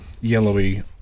yellowy